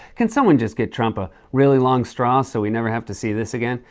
can someone just get trump a really long straw so we never have to see this again?